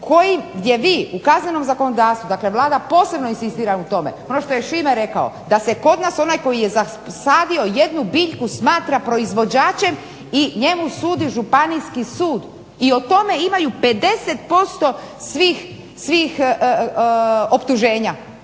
gdje vi u kaznenom zakonodavstvu, dakle Vlada posebno inzistira u tome. Ono što je Šime rekao da se kod nas onaj koji je zasadio jednu biljku smatra proizvođačem i njemu sudi županijski sud i o tome imaju 50% svih optuženja